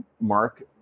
Mark